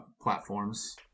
platforms